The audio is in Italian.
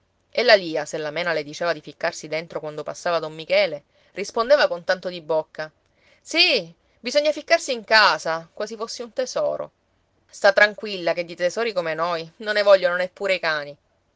e la lia se la mena le diceva di ficcarsi dentro quando passava don michele rispondeva con tanto di bocca sì bisogna ficcarsi in casa quasi fossi un tesoro sta tranquilla che di tesori come noi non ne vogliono neppure i cani